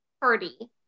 party